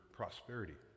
prosperity